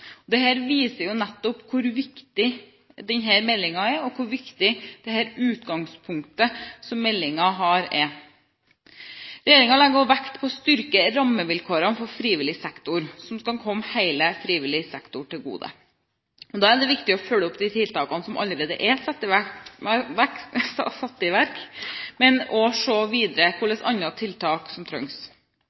viser nettopp hvor viktig denne meldingen er, og hvor viktig det utgangspunktet som meldingen har, er. Regjeringen legger også vekt på å styrke rammevilkårene for frivillig sektor, som skal komme hele frivillig sektor til gode. Da er det viktig å følge opp de tiltakene som allerede er satt i verk, men også å se videre på hvilke andre tiltak som trengs.